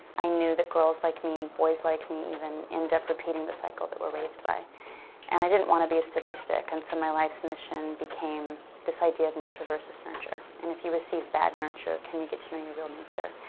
i knew that girls like me, boys like me even, end up repeating the cycle that we're raised by and i didn't want to be a statistic and so my life's mission became this idea of nature versus nurture and if you received bad nurture can get to know your real nature?